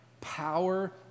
power